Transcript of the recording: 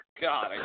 God